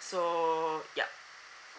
so yup